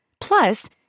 Plus